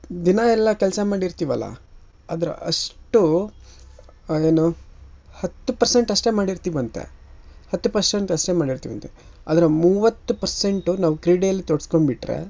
ದಿನ ಎಲ್ಲ ಕೆಲಸ ಮಾಡಿರ್ತೀವಲ್ಲಾ ಅದರ ಅಷ್ಟು ಏನು ಹತ್ತು ಪರ್ಸೆಂಟ್ ಅಷ್ಟೇ ಮಾಡಿರ್ತೀವಂತೆ ಹತ್ತು ಪರ್ಸೆಂಟ್ ಅಷ್ಟೇ ಮಾಡಿರ್ತೀವಂತೆ ಅದರ ಮೂವತ್ತು ಪರ್ಸೆಂಟು ನಾವು ಕ್ರೀಡೆಯಲ್ಲಿ ತೊಡ್ಸ್ಕೊಂಬಿಟ್ರೆ